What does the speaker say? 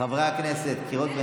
חברי הכנסת, קריאות ביניים,